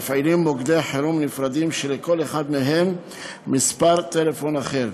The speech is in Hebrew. מפעילים מוקדי חירום נפרדים שלכל אחד מהם מספר טלפון אחר.